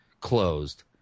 closed